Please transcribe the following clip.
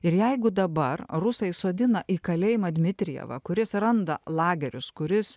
ir jeigu dabar rusai sodina į kalėjimą dmitrijevą kuris randa lagerius kuris